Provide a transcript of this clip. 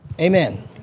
Amen